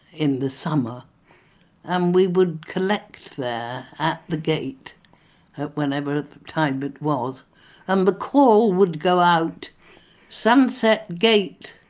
in the summer and we would collect there at the gate at whenever time it was and the call would go out sunset gate